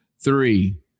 three